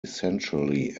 essentially